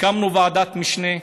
הקמנו ועדת משנה שדנה,